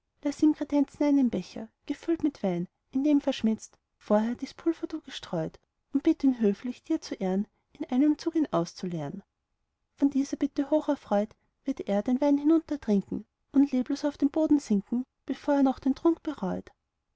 ihm kredenzen einen becher gefüllt mit wein in den verschmitzt vorher dies pulver du gestreut und bitt ihn höflich dir zu ehren in einem zug ihn auszuleeren von dieser bitte hocherfreut wird er den wein hinuntertrinken und leblos auf den boden sinken bevor er noch den trunk bereut